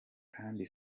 kandi